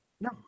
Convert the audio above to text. No